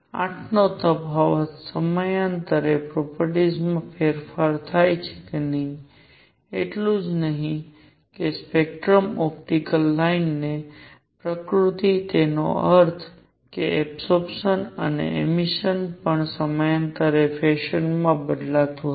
8 નો તફાવત સમયાંતરે પ્રોપર્ટીસ માં ફેરફાર થાય છે એટલું જ નહીં કે સ્પેક્ટ્રોસ્કોપિક ઓપ્ટિકલ લાઇનો ની પ્રકૃતિ તેનો અર્થ એ છે કે એબસોર્પશન અને ઈમિસન પણ સમયાંતરે ફેશનમાં બદલાતું હતું